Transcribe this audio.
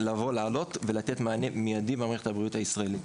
לעלות ארצה ולתת מענה מידי במערכת הבריאות הישראלית.